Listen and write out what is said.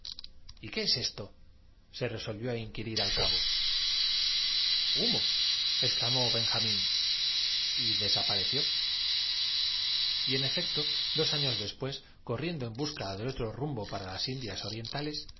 virtud y qué es esto se resolvió á inquirir al cabo humo exclamó benjamín y desapareció y en efecto dos años después corriendo en busca de otro rumbo para las indias orientales